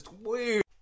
weird